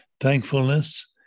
thankfulness